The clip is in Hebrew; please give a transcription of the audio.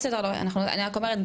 אני רק אומרת,